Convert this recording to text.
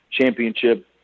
championship